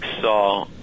saw